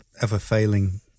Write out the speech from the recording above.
ever-failing